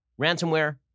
ransomware